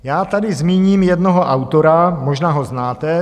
Já tady zmíním jednoho autora, možná ho znáte.